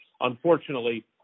Unfortunately